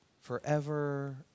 forever